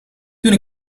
toen